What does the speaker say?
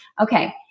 Okay